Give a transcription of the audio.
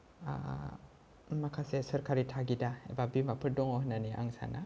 माखासे सोरखारि थागिदा एबा बीमाफोर दङ होन्नानै आं सानो